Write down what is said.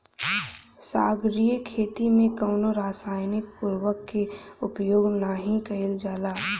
सागरीय खेती में कवनो रासायनिक उर्वरक के उपयोग नाही कईल जाला